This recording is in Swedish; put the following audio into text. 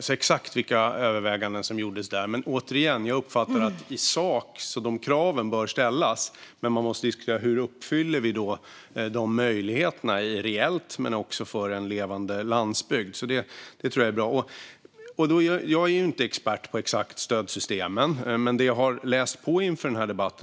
Återigen uppfattar jag dock i sak att dessa krav bör ställas men att man måste diskutera hur vi uppfyller möjligheterna reellt och för en levande landsbygd. Det tror jag är bra. Jag är inte expert på stödsystemen, men jag har läst på inför den här debatten.